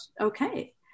okay